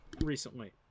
recently